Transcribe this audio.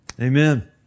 Amen